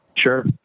Sure